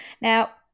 Now